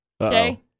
Okay